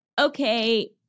okay